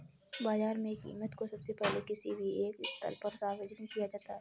बाजार में कीमत को सबसे पहले किसी भी एक स्थल पर सार्वजनिक किया जाता है